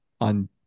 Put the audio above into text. on